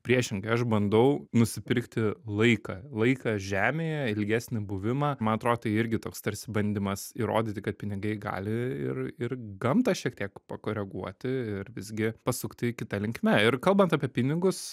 priešingai aš bandau nusipirkti laiką laiką žemėje ilgesnį buvimą man atrodo tai irgi toks tarsi bandymas įrodyti kad pinigai gali ir ir gamtą šiek tiek pakoreguoti ir visgi pasukti kita linkme ir kalbant apie pinigus